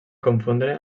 confondre